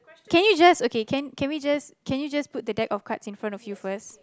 can you just okay can can we just can you just put the deck of cards in front of you first